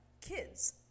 kids